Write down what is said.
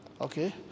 okay